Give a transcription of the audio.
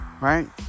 right